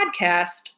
podcast